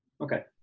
Okay